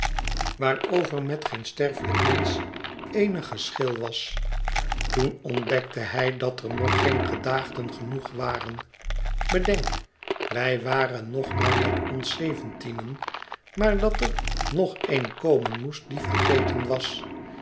waarover met geen sterfelijk mensch eenig geschil was toen ontdekte hij dat er nog geen gedaagden genoeg waren bedenk wij waren nog maar met ons zeventienen maar dat er nog een komen moest die vergeten was